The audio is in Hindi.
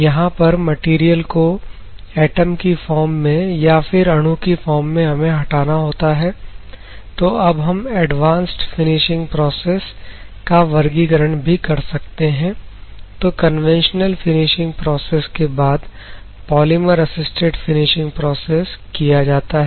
यहां पर मटेरियल को एटम की फॉर्म में या फिर अणु कि फॉर्म में हमें हटाना होता है तो अब हम एडवांस फिनिशिंग प्रोसेस का वर्गीकरण भी कर सकते हैं तो कन्वेंशनल फिनिशिंग प्रोसेस के बाद पॉलीमर असिस्टेड फिनिशिंग प्रोसेस किया जाता है